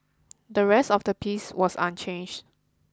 the rest of the piece was unchanged